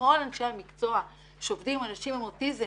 שכל אנשי המקצוע שעובדים עם אנשים עם אוטיזם